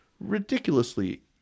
ridiculously